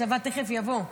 הצבא תכף יבוא.